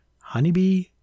Honeybee